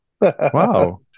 Wow